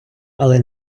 але